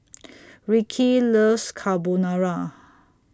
Rickey loves Carbonara